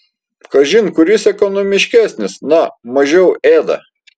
kažin kuris ekonomiškesnis na mažiau ėda